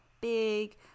big